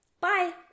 Bye